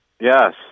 Yes